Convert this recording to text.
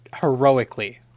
heroically